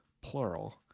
plural